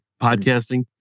podcasting